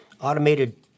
Automated